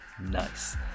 Nice